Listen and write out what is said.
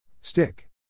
Stick